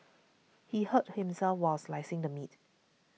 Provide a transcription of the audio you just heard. he hurt himself while slicing the meat